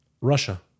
Russia